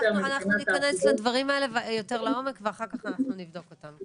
אנחנו ניכנס לדברים האלה יותר לעומק ואחר כך אנחנו נבדוק אותם.